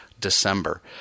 December